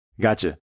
Gotcha